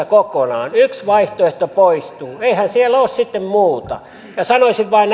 kokonaan yksi vaihtoehto poistuu eihän siellä ole sitten muuta sanoisin vain